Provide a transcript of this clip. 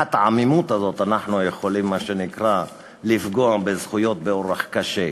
תחת העמימות הזו אנחנו יכולים לפגוע בזכויות באופן קשה,